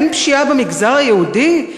אין פשיעה במגזר היהודי?